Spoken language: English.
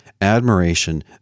admiration